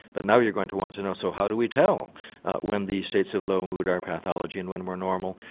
but now you're going to want to know, so how do we tell when these states of low mood are pathology and when we're normal?